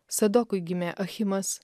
sadokui gimė achimas